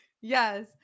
Yes